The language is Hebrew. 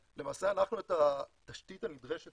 למעשה, את התשתית הנדרשת